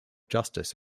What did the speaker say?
justice